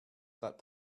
about